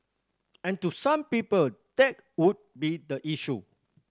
and to some people that would be the issue